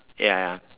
ya ya